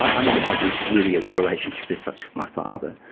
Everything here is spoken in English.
i never had really a relationship as such my father,